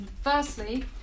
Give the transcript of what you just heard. Firstly